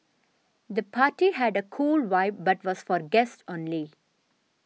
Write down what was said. the party had a cool vibe but was for guests only